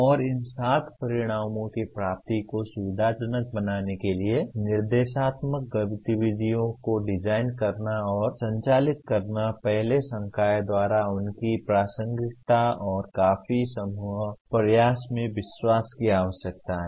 और इन सात परिणामों की प्राप्ति को सुविधाजनक बनाने के लिए निर्देशात्मक गतिविधियों को डिजाइन करना और संचालित करना पहले संकाय द्वारा उनकी प्रासंगिकता और काफी समूह प्रयास में विश्वास की आवश्यकता है